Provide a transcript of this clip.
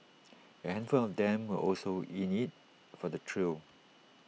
A handful of them were also in IT for the thrill